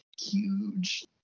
huge